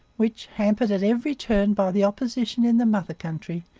which, hampered at every turn by the opposition in the mother country,